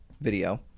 video